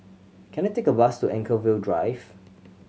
can I take a bus to Anchorvale Drive